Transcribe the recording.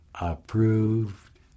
approved